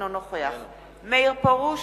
אינו נוכח מאיר פרוש,